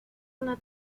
una